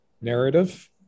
narrative